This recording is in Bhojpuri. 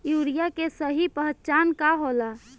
यूरिया के सही पहचान का होला?